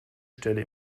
stelle